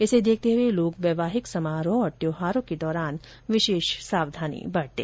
इसे देखते हुए लोग वैवाहिक समारोहों और त्यौहारों के दौरान विशेष सावधानी बरतें